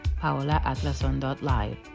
paolaatlason.live